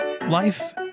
Life